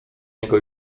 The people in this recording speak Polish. niego